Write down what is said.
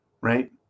right